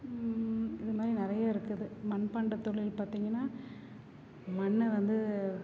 இது மாதிரி நிறைய இருக்குது மண்பாண்ட தொழில் பார்த்தீங்கன்னா மண்ணை வந்து